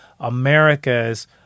America's